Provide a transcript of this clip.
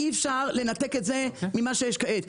אי-אפשר לנתק את זה ממה שיש כעת.